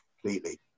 completely